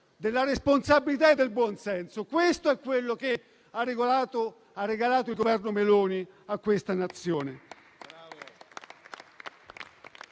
della responsabilità e del buon senso. Questo è quello che ha regalato il Governo Meloni a questa Nazione.